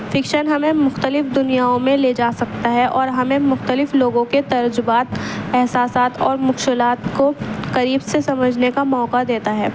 fiction ہمیں مختلف دنیاؤں میں لے جا سکتا ہے اور ہمیں مختلف لوگوں کے تجربات احساسات اور مکشلات کو قریب سے سمجھنے کا موقع دیتا ہے